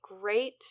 great